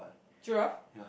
giraffe